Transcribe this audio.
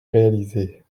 réalisées